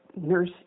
nurse